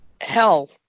Hell